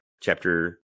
Chapter